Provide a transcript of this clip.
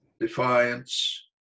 defiance